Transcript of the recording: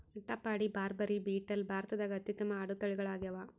ಅಟ್ಟಪಾಡಿ, ಬಾರ್ಬರಿ, ಬೀಟಲ್ ಭಾರತದಾಗ ಅತ್ಯುತ್ತಮ ಆಡು ತಳಿಗಳಾಗ್ಯಾವ